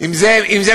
עם זה מתמודדים,